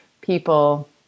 people